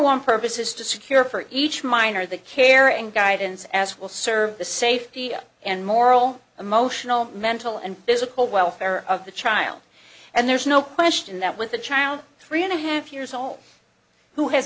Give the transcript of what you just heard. one purpose is to secure for each miner the care and guidance as will serve the safety and moral emotional mental and physical welfare of the child and there's no question that with a child three and a half years old who has